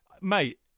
Mate